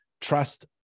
trust